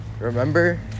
Remember